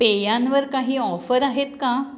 पेयांवर काही ऑफर आहेत का